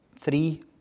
three